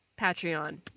Patreon